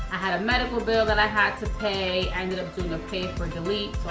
i had a medical bill that i had to pay. i ended up doing a pay for delete,